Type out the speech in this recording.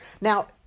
Now